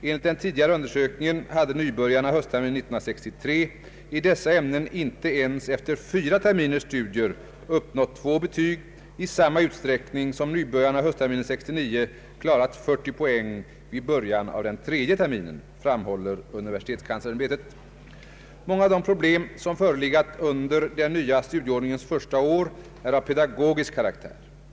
Enligt den tidigare undersökningen hade nybörjarna höstterminen 1963 i dessa ämnen inte ens efter fyra terminers studier uppnått två betyg i samma utsträckning som nybörjarna höstterminen 1969 klarat 40 poäng vid början av den tredje terminen, framhåller universitetskanslersämbetet. Många av de problem som förelegat under den nya studieordningens första år är av pedagogisk karaktär.